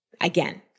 again